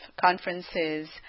conferences